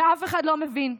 אף אחד לא מבין,